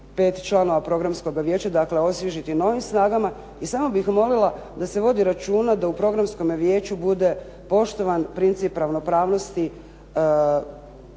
5 članova Programskoga vijeća, dakle osvježiti novim snagama. I samo bih molila da se vodi računa da u Programskome vijeću bude poštovan princip ravnopravnosti